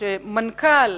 שמנכ"ל